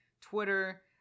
Twitter